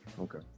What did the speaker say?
Okay